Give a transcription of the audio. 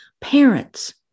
parents